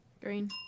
Green